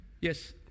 Yes